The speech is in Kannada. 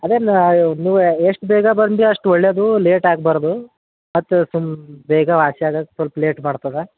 ಅದೇನು ನೀವು ಎಷ್ಟು ಬೇಗ ಬಂದರೆ ಅಷ್ಟು ಒಳ್ಳೇದು ಲೇಟ್ ಆಗ್ಬಾರ್ದು ಮತ್ತೆ ಬೇಗ ವಾಸಿ ಆಗಾಕೆ ಸ್ವಲ್ಪ ಲೇಟ್ ಮಾಡ್ತದೆ